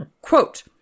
Quote